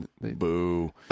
boo